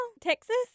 texas